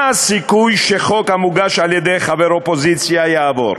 מה הסיכוי שחוק המוגש על-ידי חבר אופוזיציה יעבור?